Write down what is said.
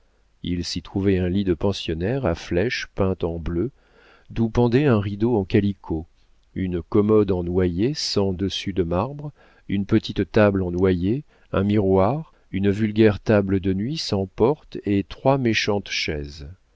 il s'y trouvait un lit de pensionnaire à flèche peinte en bleu d'où pendait un rideau en calicot une commode en noyer sans dessus de marbre une petite table en noyer un miroir une vulgaire table de nuit sans porte et trois méchantes chaises